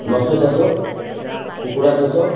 ମତ୍ସ୍ୟ ଚାଷ କୁକୁଡ଼ା ଚାଷ